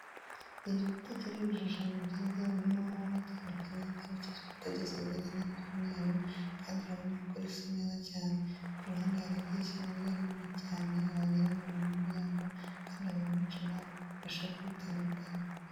Igikuta kiriho ibishushanyo byiza birimo amabara atandukanye kandi icyo gikuta gisize irangi ry'umweru kandi urabona ko risa neza cyane, ku ruhande hari idirishya naryo rinini cyane wagira ngo ni umuryango kandi abantu benshi ntabwo babasha kubitandukanya.